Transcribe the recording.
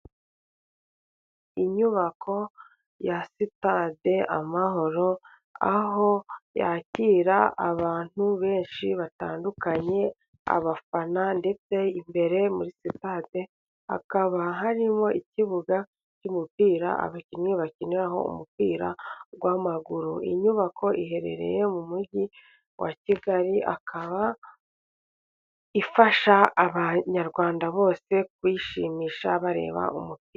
Inyubako ya sitade amahoro, aho yakira abantu benshi batandukanye, abafana. Ndetse imbere muri sitade hakaba harimo ikibuga cy'umupira, abakinnyi bakiniraho umupira w'amaguru. Inyubako iherereye mu mujyi wa kigali ikaba ifasha abanyarwanda bose kwishimisha bareba umupira.